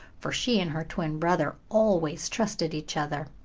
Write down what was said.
for she and her twin brother always trusted each other.